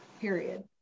period